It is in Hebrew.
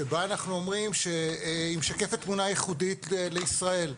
היא משקפת תמונה ייחודית לישראל,